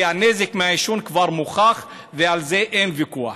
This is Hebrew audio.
כי הנזק מעישון כבר מוכח ועל זה אין ויכוח.